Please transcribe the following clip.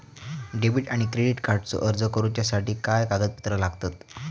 Debit आणि credit कार्डचो अर्ज करुच्यासाठी काय कागदपत्र लागतत?